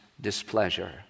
displeasure